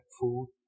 food